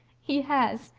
he has.